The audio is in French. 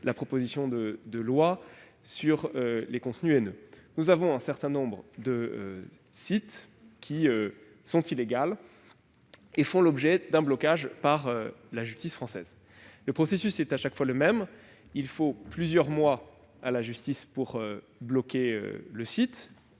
la proposition de loi sur les contenus haineux. Un certain nombre de sites illégaux font l'objet d'un blocage par la justice française. Le processus est toujours le même : il faut plusieurs mois à la justice pour bloquer le site-